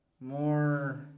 more